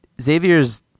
Xavier's